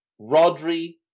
Rodri